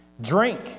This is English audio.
Drink